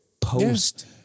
post